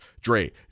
Dre